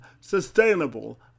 sustainable